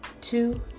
two